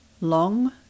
Long